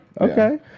okay